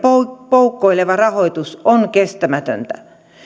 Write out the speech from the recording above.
poukkoileva rahoitus on kestämätöntä